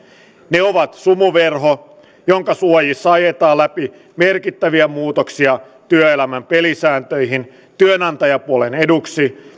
ne ovat sumuverho jonka suojissa ajetaan läpi merkittäviä muutoksia työelämän pelisääntöihin työnantajapuolen eduksi